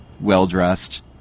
Well-dressed